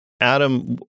Adam